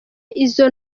izo